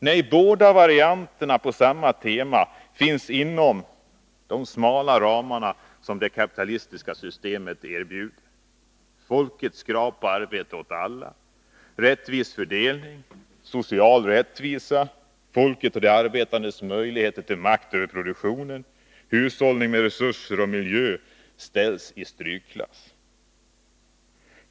Nej, båda varianterna på samma tema finns inom de smala ramar som det kapitalistiska systemet erbjuder. Folkets krav på arbete åt alla, rättvis fördelning, social rättvisa, folkets och de arbetandes möjligheter till makt över produktion, hushållning med resurser och miljö ställs i strykklass.